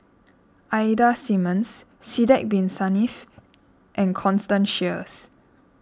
Ida Simmons Sidek Bin Saniff and Constance Sheares